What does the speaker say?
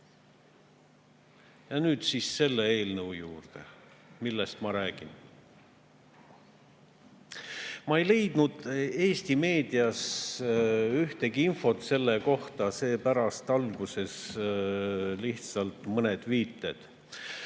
Aga nüüd selle eelnõu juurde, millest ma räägin. Ma ei leidnud Eesti meediast üldse infot selle kohta, seepärast [esitan] alguses lihtsalt mõned viited.